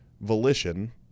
volition